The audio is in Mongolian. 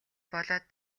болоод